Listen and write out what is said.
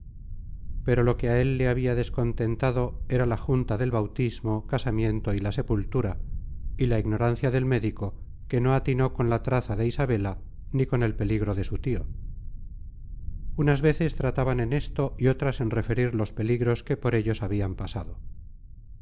pero lo que á él le habia descontentado era la junta del bautismo casamiento y la sepultura y la ignorancia del médico que no atinó con la traza de isabela ni con el peligro de su tio unas veces trataban en esto y otras en referir los peligros que por ellos habian pasado